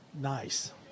nice